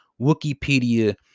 Wikipedia